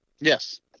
Yes